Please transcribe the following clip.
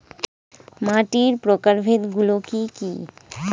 মাটির প্রকারভেদ গুলো কি কী?